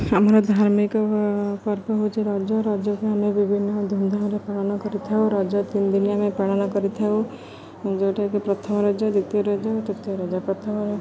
ଆମର ଧାର୍ମିକ ପର୍ବ ହେଉଛି ରଜ ରଜକୁ ଆମେ ବିଭିନ୍ନ ଧୁମ୍ଧାମ୍ରେ ପାଳନ କରିଥାଉ ରଜ ତିନି ଦିନ ଆମେ ପାଳନ କରିଥାଉ ଯେଉଁଟାକି ପ୍ରଥମ ରଜ ଦ୍ୱିତୀୟ ରଜ ଆଉ ତୃତୀୟ ରଜ ପ୍ରଥମ